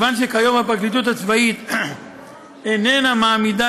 שכיוון שכיום הפרקליטות הצבאית איננה מעמידה